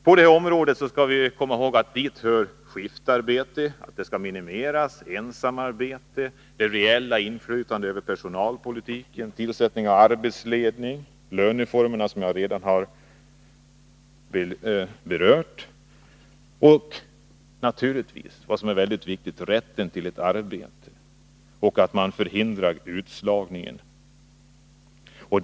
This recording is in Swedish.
I detta sammanhang bör även nämnas skiftarbetet, som skall minimeras, ensamarbete, det reella inflytandet över personalpolitiken, tillsättning av arbetsledning, löneformerna — som jag redan har berört — samt naturligtvis, och det är väldigt viktigt, rätten till ett arbete och det faktum att utslagning förhindras.